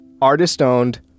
Artist-owned